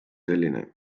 selline